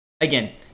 Again